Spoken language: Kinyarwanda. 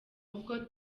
uko